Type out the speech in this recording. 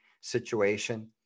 situation